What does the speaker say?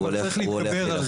אבל צריך להתגבר על זה.